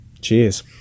cheers